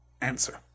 answer